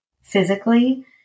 physically